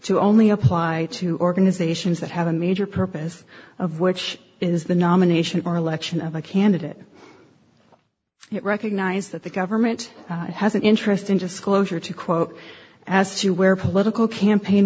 to only apply to organizations that have a major purpose of which is the nomination or election of a candidate recognize that the government has an interest in just closure to quote as to where political campaign